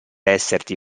esserti